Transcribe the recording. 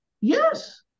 Yes